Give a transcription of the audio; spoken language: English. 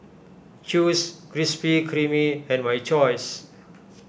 Chew's Krispy Kreme and My Choice